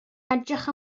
edrych